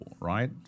right